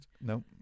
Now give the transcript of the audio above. No